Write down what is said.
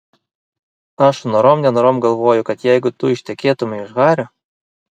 aš norom nenorom galvoju kad jeigu tu ištekėtumei už hario